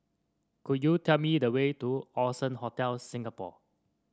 could you tell me the way to Allson Hotel Singapore